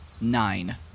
Nine